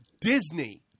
Disney